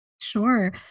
Sure